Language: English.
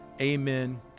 Amen